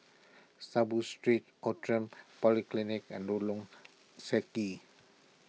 Saiboo Street Outram Polyclinic and Lorong Stangee